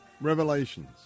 revelations